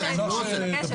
סליחה,